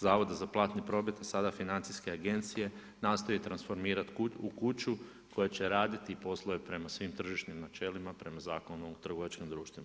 Zavoda za platni promet sada Financijske agencije nastoji transformirati u kuću koja će raditi poslove prema svim tržišnim načelima, prema Zakonu o trgovačkim društvima.